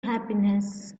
happiness